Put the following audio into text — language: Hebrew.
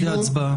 הרוב.